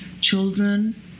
children